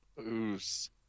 Ooze